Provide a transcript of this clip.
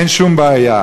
אין שום בעיה.